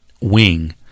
wing